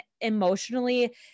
emotionally